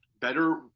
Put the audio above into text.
Better